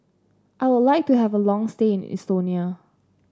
I would like to have a long stay in Estonia